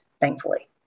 thankfully